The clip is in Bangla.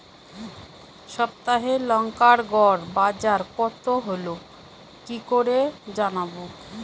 সপ্তাহে লংকার গড় বাজার কতো হলো কীকরে জানবো?